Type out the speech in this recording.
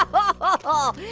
um ah oh,